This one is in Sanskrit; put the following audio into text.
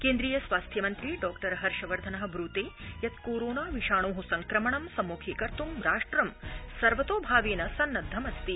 केन्द्रीय स्वास्थ्यमन्त्री डॉ हर्षवर्धन ब्रते यत् नोवल कोरोना विषाणो संक्रमण सम्मुखीकर्त् राष्ट्र सर्वतोभावेन सन्नद्वमस्ति